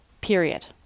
period